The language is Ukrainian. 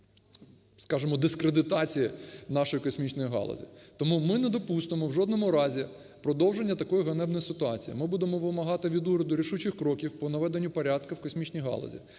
скажемо, дискредитації нашої космічної галузі. Тому ми не допустимо в жодному разі продовження такої ганебної ситуації. Ми будемо вимагати від уряду рішучих кроків по наведенню порядку в космічній галузі.